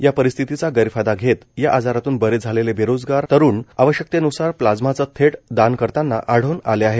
या परिस्थितीचा गैरफायदा घेत या आजारातून बरे झालेले बेरोजगार तरुण आवश्यकतेन्सार प्लाझ्माचं थेट दान करताना आढळून आले आहेत